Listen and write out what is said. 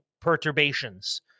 perturbations